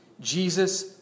Jesus